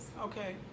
Okay